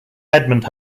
edmund